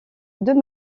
deux